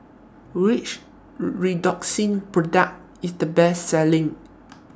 Which Redoxon Product IS The Best Selling